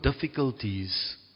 difficulties